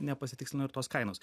nepasitikslino ir tos kainos